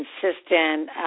consistent